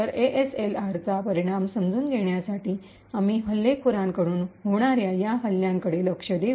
तर ASLR चा परिणाम समजून घेण्यासाठी आम्ही हल्लेखोरांकडून होणार्या या हल्ल्यांकडे लक्ष देऊ